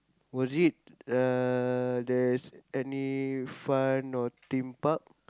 was it uh there's any fun or Theme Park